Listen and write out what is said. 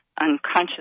unconscious